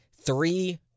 three